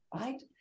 right